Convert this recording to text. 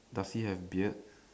does he have beard